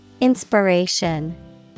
Inspiration